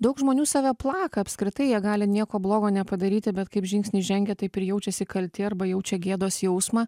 daug žmonių save plaka apskritai jie gali nieko blogo nepadaryti bet kaip žingsnį žengia taip ir jaučiasi kalti arba jaučia gėdos jausmą